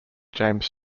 james